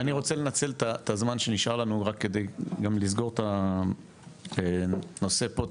אני רוצה לנצל את הזמן שנשאר לנו רק כדי גם לסגור את הנושא פה,